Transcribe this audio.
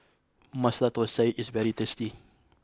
Masala Thosai is very tasty